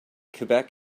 quebec